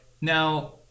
Now